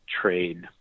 trade